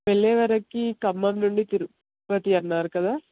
వెళ్ళే సరికి ఖమ్మం నుండి తిరుపతి అన్నారు కదా